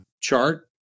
chart